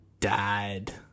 died